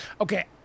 Okay